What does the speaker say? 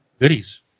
goodies